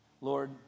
Lord